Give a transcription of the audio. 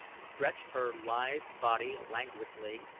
stretched her lithe body languidly,